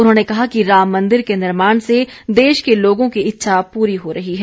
उन्होंने कहा कि राम मन्दिर के निर्माण से देश के लोगों की इच्छा पूरी हो रही है